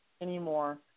anymore